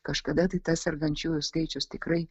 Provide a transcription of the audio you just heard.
kažkada tai tas sergančiųjų skaičius tikrai